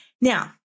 Now